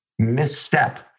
misstep